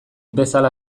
bezala